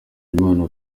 imana